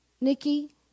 Nikki